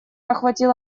охватил